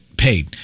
paid